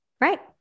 Right